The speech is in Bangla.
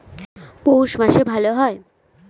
পৌষ মাসে ভালো হয়?